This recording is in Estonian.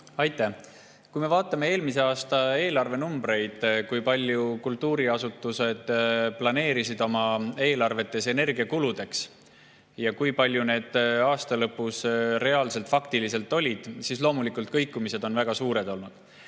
Aitäh! Kui vaatame eelmise aasta eelarvenumbrite põhjal, kui palju kultuuriasutused planeerisid oma eelarvetes energiakuludeks ja kui suured need aasta lõpus reaalselt, faktiliselt olid, siis [näeme, et] loomulikult on kõikumised olnud väga suured.